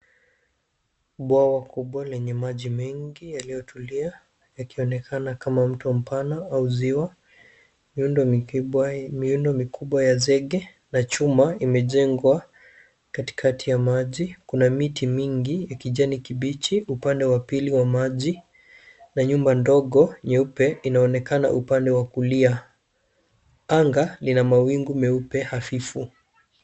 Bwawa kubwa lenye maji mengi yaliyotulia, yakionekana kama mto mpana au ziwa. Miundo mikubwa ya zege, na chuma imejengwa katikati ya maji. Kuna miti mingi ya kijani kibichi, upande wa pili wa maji, na nyumba ndogo nyeupe inaonekana upande wa kulia. Anga lina mawingu meupe hafifu.